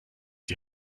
die